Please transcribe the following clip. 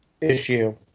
issue